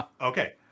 Okay